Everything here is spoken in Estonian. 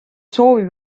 soovi